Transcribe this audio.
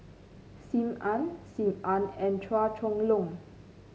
Sim Ann Sim Ann and Chua Chong Long